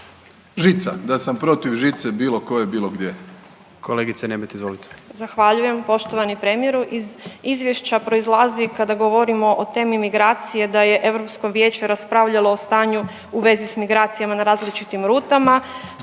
Žica, da sam protiv žice bilo koje bilo gdje.